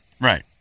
Right